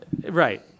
Right